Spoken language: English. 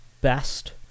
best